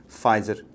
Pfizer